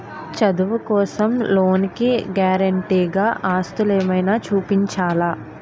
చదువు కోసం లోన్ కి గారంటే గా ఆస్తులు ఏమైనా చూపించాలా?